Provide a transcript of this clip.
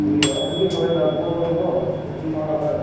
ꯑꯦ ꯑꯗꯨꯗꯤ ꯍꯣꯔꯦꯟꯅ ꯀꯣꯜ ꯇꯧꯁꯤꯀꯣ ꯔꯦꯗꯤ ꯇꯧꯔꯒ